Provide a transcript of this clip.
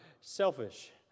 selfish